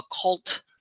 occult